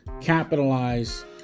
capitalize